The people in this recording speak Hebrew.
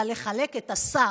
אלא לחלק את השר.